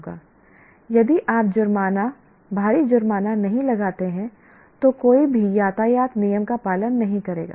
यदि आप जुर्माना भारी जुर्माना नहीं लगाते हैं तो कोई भी यातायात नियम का पालन नहीं करेगा